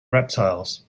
reptiles